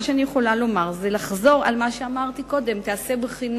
מה שאני יכולה לומר זה לחזור על מה שאמרתי קודם: תיעשה בחינה